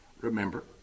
remember